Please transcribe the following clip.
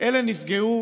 אלה נפגעו